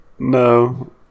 No